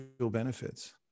benefits